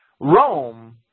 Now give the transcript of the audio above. Rome